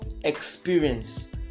experience